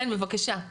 כן, בבקשה.